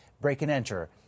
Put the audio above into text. break-and-enter